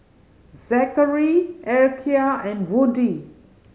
Zakary Erykah and Woodie